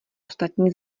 ostatní